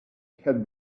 had